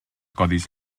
codis